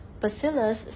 bacillus